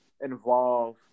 involve